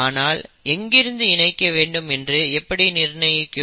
ஆனால் எங்கிருந்து இணைக்க வேண்டும் என்று எப்படி நிர்ணயிக்கும்